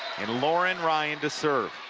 and lauren ryan to serve.